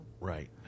Right